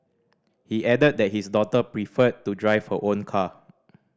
he added that his daughter preferred to drive her own car